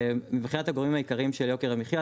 מבחינת הגורמים העיקריים של יוקר המחיה,